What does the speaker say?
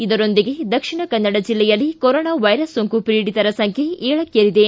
ಇದರೊಂದಿಗೆ ದಕ್ಷಿಣ ಕನ್ನಡ ಜಿಲ್ಲೆಯಲ್ಲಿ corona virus ಸೋಂಕು ಪೀಡಿತರ ಸಂಖ್ಯೆ ಏಳಕ್ಷೇರಿದೆ